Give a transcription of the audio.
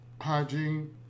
hygiene